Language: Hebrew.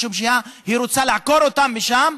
משום שהיא רוצה לעקור אותם משם,